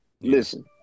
listen